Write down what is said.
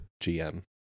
GM